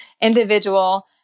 individual